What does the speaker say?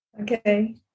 Okay